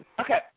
Okay